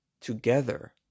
together